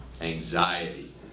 Anxiety